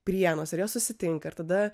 prienuose ir jie susitinka ir tada